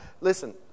listen